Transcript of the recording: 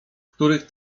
których